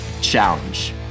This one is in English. challenge